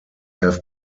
have